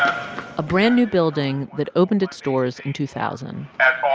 a brand-new building that opened its doors in two thousand